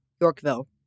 Yorkville